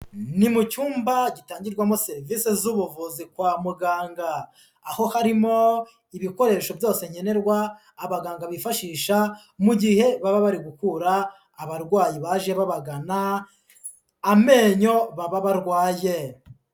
Ni mu cyumba gitangirwamo serivisi z'ubuvuzi kwa muganga, aho harimo ibikoresho byose nkenenerwa abaganga bifashisha, mu gihe baba bari gukura abarwayi baje babagana amenyo baba barwaye.